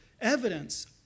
evidence